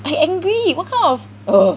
I angry what kind of ugh